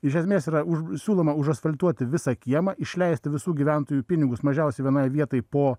iš esmės yra už siūlomą užasfaltuoti visą kiemą išleisti visų gyventojų pinigus mažiausiai vienai vietai po